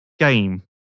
game